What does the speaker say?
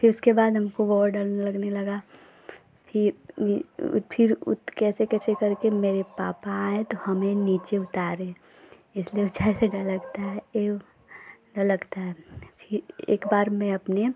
फिर उसके बाद हमको बहुत डर लगने लगा फिर उत फिर उत कैसे कैसे करके मेरे पापा आए तो हमें नीचे उतारे इसलिए ऊँचाई से डर लगता है एक डर लगता है फी एक बार मैं अपने